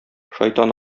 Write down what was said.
шайтан